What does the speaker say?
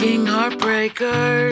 Heartbreaker